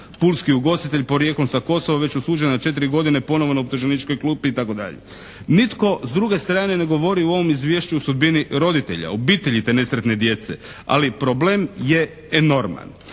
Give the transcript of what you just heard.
pulski ugostitelj porijeklom sa Kosova već osuđen na 4 godine ponovno na optuženičkoj klupi, itd. Nitko s druge strane ne govori u ovom izvješću o sudbini roditelja, o obitelji te nesretne djece. Ali problem je enorman.